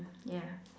ya